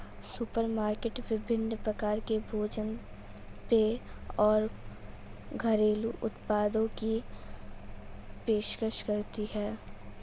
supermarket विभिन्न प्रकार के भोजन पेय और घरेलू उत्पादों की पेशकश करती है